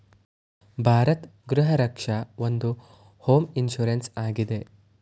ಭಾರತ್ ಗೃಹ ರಕ್ಷ ಒಂದು home insurance ಆಗಿದೆ